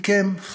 מכם,